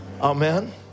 Amen